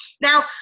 Now